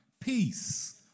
peace